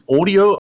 audio